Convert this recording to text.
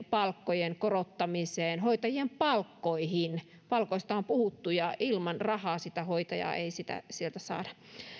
palkkojen korottamiseen hoitajien palkkoihin palkoista on puhuttu ja ilman rahaa sitä hoitajaa ei saada